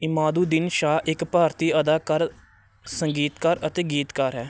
ਇਮਾਦੁਦੀਨ ਸ਼ਾਹ ਇੱਕ ਭਾਰਤੀ ਅਦਾਕਾਰ ਸੰਗੀਤਕਾਰ ਅਤੇ ਗੀਤਕਾਰ ਹੈ